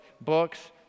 books